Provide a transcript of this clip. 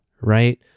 right